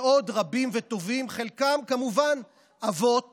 ועוד רבים וטובים, חלקם כמובן אבות